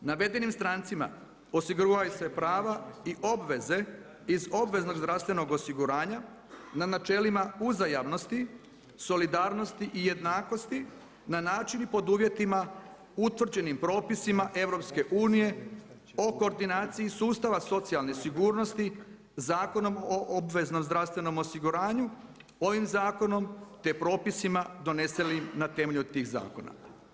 Navedenim strancima osiguravaju se prava i obveze iz obveznog zdravstvenog osiguranja, na načelima uzajamnosti, solidarnosti i jednakosti, na način i pod uvjetima utvrđenim propisima EU-a o koordinaciji sustava socijalne sigurnosti Zakonom o obveznom zdravstvenom osiguranju, ovim zakonom te propisima donesenim na temelju tih zakona.